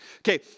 Okay